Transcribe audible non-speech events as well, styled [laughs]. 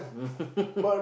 [laughs]